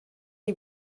chi